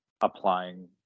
applying